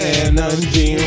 energy